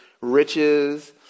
riches